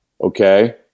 Okay